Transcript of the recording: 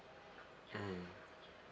mm